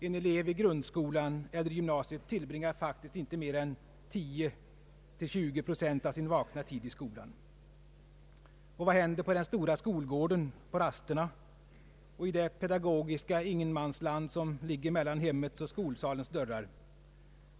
En elev i grundskolan eller i gymnasiet tillbringar faktiskt inte mer än 10—20 procent av sin vakna tid i skolan. Och vad händer på den stora skolgården under rasterna? Och i det pedagogiska ingenmansland som ligger mellan hemmets och skolsalens dörrar?